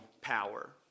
power